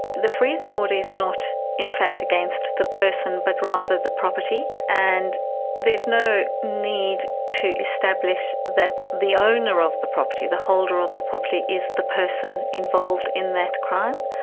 the freezing order is not in fact against the person but rather the property, and there's no need to establish that the owner of the property, the holder of the property, is the person involved in that crime,